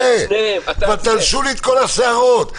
כבר תלשו לי את כל השערות.